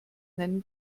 nennen